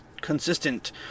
consistent